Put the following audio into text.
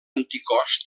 anticòs